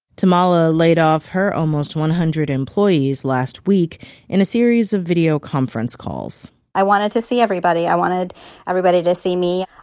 tummala laid off her almost one hundred employees last week in a series of video conference calls i wanted to see everybody. i wanted everybody to see me,